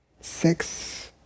Six